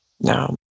No